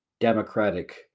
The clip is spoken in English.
democratic